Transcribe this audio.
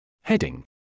Heading